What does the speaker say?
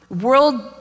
world